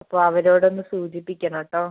അപ്പോൾ അവരോടൊന്ന് സൂചിപ്പിക്കണം കേട്ടോ